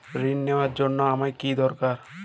ঋণ নেওয়ার জন্য আমার কী দরকার?